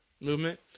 movement